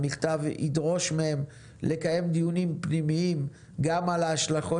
המכתב ידרוש מהם לקיים דיונים פנימיים גם על ההשלכות